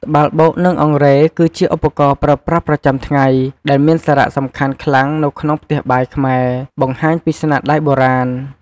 ត្បាល់បុក និងអង្រែគឺជាឧបករណ៍ប្រើប្រាស់ប្រចាំថ្ងៃដែលមានសារៈសំខាន់ខ្លាំងនៅក្នុងផ្ទះបាយខ្មែរ បង្ហាញពីស្នាដៃបុរាណ ។